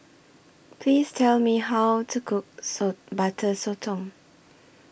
Please Tell Me How to Cook Saw Butter Sotong